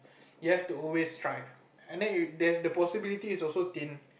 you have to always strive and then it there is the possibility is also thin